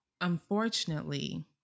unfortunately